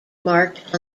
marked